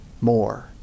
More